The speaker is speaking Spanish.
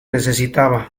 necesitaba